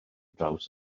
draws